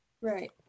Right